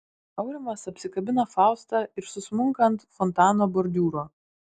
aurimas apsikabina faustą ir susmunka ant fontano bordiūro